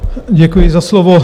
Děkuji za slovo.